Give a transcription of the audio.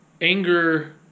anger